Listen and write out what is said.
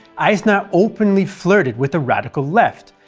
eisner openly flirted with the radical left,